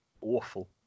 awful